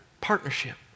partnership